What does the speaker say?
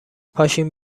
پاشیم